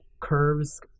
curves